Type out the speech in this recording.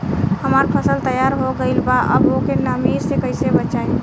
हमार फसल तैयार हो गएल बा अब ओके नमी से कइसे बचाई?